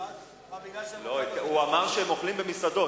הוא אמר שהם אוכלים במסעדות,